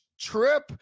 trip